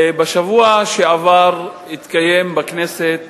בשבוע שעבר התקיים בכנסת